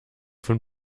von